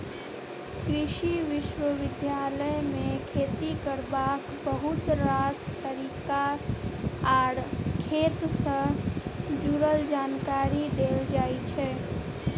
कृषि विश्वविद्यालय मे खेती करबाक बहुत रास तरीका आर खेत सँ जुरल जानकारी देल जाइ छै